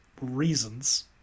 reasons